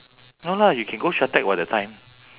no lah you can go shatec [what] that time